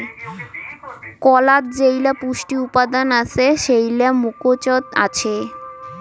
কলাত যেইলা পুষ্টি উপাদান আছে সেইলা মুকোচত আছে